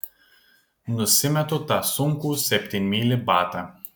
nusimetu tą sunkų septynmylį batą